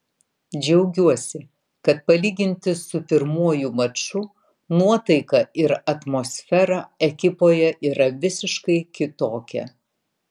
džiaugiuosi kad palyginti su pirmuoju maču nuotaika ir atmosfera ekipoje yra visiškai kitokia